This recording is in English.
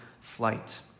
flight